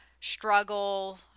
struggle